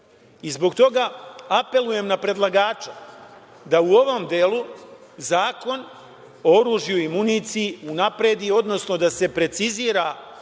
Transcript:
toga apelujem na predlagača da u ovom delu Zakon o oružju i municiji unapredi, odnosno da se precizira